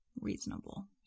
reasonable